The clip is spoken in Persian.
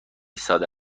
ساده